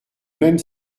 même